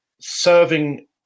serving